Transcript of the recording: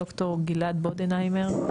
ד"ר גלד בודנהיימר.